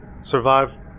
survive